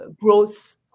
growth